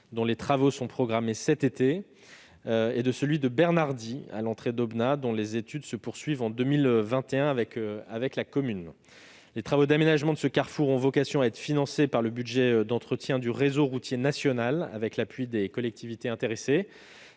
dont les travaux sont programmés cet été, et de celui de Bernardy, à l'entrée d'Aubenas, dont les études se poursuivent en 2021 avec la commune. Les travaux d'aménagement de ce carrefour ont vocation à être financés par le budget d'entretien du réseau routier national, avec l'appui des collectivités intéressées